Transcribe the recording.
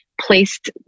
placed